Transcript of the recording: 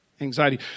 Anxiety